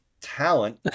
talent